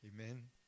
Amen